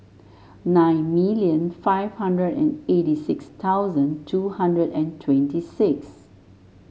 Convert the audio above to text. nine million five hundred and eighty six thousand two hundred and twenty six